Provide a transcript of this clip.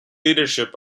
leadership